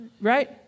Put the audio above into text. Right